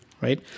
right